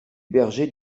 bergers